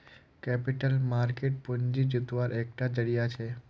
capital market पूँजी जुत्वार एक टा ज़रिया छे